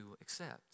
accept